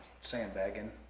sandbagging